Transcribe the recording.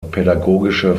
pädagogische